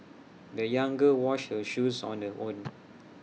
the young girl washed her shoes on her own